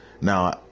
Now